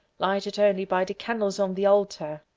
lighted only by the candles on the altar,